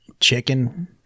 Chicken